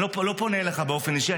אני לא פונה אליך באופן אישי.